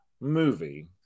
movie